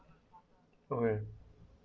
okay